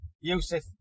Yusuf